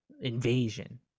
invasion